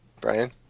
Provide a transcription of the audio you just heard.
Brian